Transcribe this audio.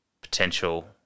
potential